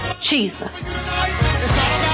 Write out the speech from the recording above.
Jesus